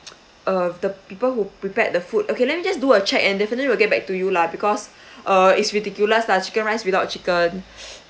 uh the people who prepared the food okay let me just do a check and definitely will get back to you lah because uh it's ridiculous lah chicken rice without chicken